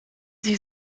sie